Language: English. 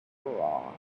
raw